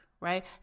right